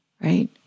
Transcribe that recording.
right